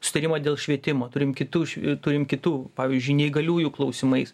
sutarimą dėl švietimo turim kitų š turim kitų pavyzdžiui neįgaliųjų klausimais